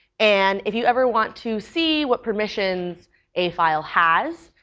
and if you ever want to see what permissions a file has,